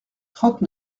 trente